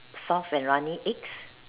soft and runny eggs